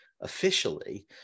officially